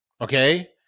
okay